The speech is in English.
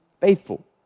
faithful